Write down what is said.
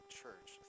church